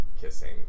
kissing